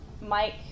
Mike